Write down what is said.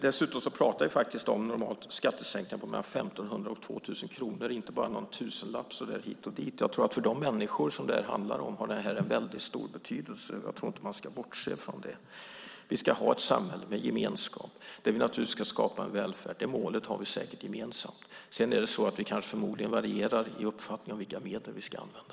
Dessutom pratar jag faktiskt om normalt sett en skattesänkning på mellan 1 500 och 2 000 kronor, inte bara någon tusenlapp hit och dit. Jag tror att det har en väldigt stor betydelse för de människor som detta handlar om, och jag tror inte att man ska bortse från det. Vi ska ha ett samhälle med gemenskap där vi naturligtvis ska skapa en välfärd. Det målet har vi säkert gemensamt. Sedan har vi förmodligen olika uppfattningar om vilka medel vi ska använda.